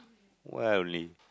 why only